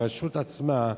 הרשות עצמה,